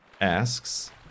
asks